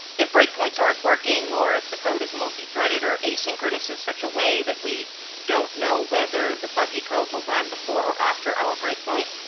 if breakpoints aren't working or if the code is multithreaded or asynchronous in such a way that we don't know whether the buggy code will run before or after our breakpoint,